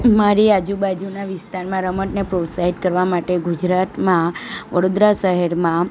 મારી આજુબાજુના વિસ્તારમાં રમતને પ્રોત્સાહિત કરવા માટે ગુજરાતમાં વડોદરા શહેરમાં